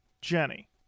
Jenny